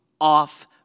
off